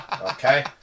okay